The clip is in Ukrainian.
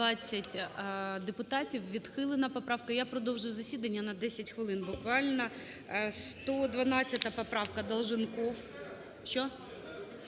13:59:05 За-20 Відхилена поправка. Я продовжую засідання на 10 хвилин буквально. 112 поправка, Долженков.